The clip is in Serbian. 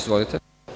Izvolite.